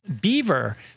beaver